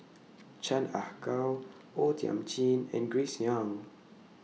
Chan Ah Kow O Thiam Chin and Grace Young